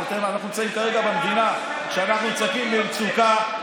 ואנחנו נמצאים כרגע במדינה שהיא במצוקה,